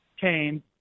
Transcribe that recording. came